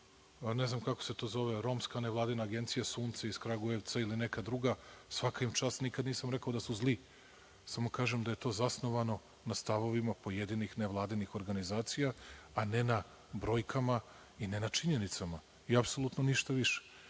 ne znam kako se to zove, Romska nevladina agencija „Sunce“ iz Kragujevca ili neka druga, svaka im čast, nikada nisam rekao da su zli. Samo kažem da je to zasnovano na stavovima pojedinih nevladinih organizacija, a ne na brojkama i ne na činjenicama, i apsolutno ništa